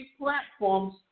platforms